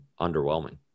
underwhelming